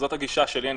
זאת הגישה שלי.